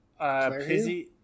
Pizzy